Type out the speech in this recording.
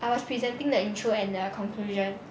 I was presenting the intro and the conclusion